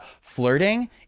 flirting